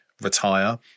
retire